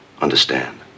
understand